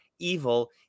Evil